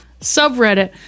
subreddit